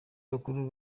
bakuru